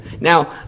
Now